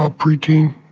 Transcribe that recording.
ah preteen.